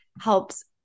helps